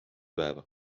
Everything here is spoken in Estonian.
päeva